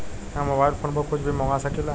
हम mobile phone पर कुछ भी मंगवा सकिला?